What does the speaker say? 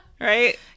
right